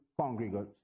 congregants